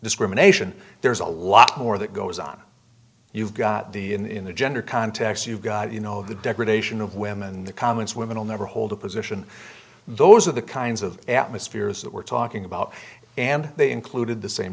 discrimination there's a lot more that goes on you've got the in the gender context you've got you know the degradation of women the comments women will never hold a position those are the kinds of atmospheres that we're talking about and they included the same